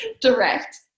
direct